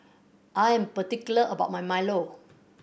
I am particular about my milo